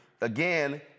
again